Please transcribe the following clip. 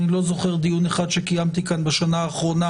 אני לא זוכר דיון אחד שקיימתי כאן בשנה האחרונה